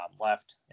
left